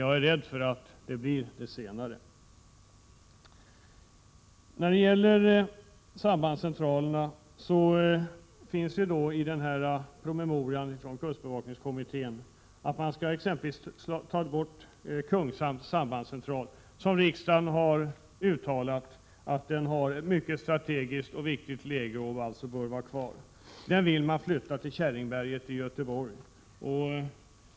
Jag är rädd för att det blir det senare. Vad gäller sambandscentralerna har man i promemorian från kustbevakningskommittén angett att exempelvis Kungshamns sambandscentral — som enligt vad riksdagen har uttalat har ett strategiskt mycket viktigt läge och därför bör vara kvar — bör flyttas till Käringberget i Göteborg.